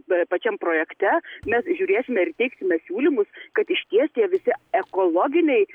pačiam projekte mes žiūrėsime ir teiksime siūlymus kad išties tie visi ekologiniai